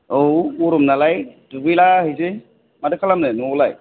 एह आव गरम नालाय दुगैलाहैसै माथो खालामनो न'आव लाय